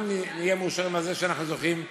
ואני חושב שמן הראוי שהכנסת תצביע בעד החוקים האלה,